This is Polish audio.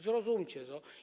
Zrozumcie to.